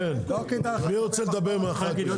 מי רוצה לדבר מהח"כים?